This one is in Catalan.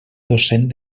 docent